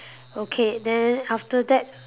okay then after that